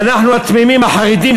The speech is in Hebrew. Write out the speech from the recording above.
ואנחנו תמימים, החרדים.